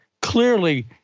clearly